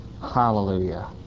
Hallelujah